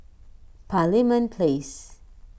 Parliament Place